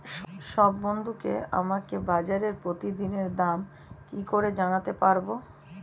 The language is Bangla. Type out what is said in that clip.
সব বন্ধুকে আমাকে বাজারের প্রতিদিনের দাম কি করে জানাতে পারবো?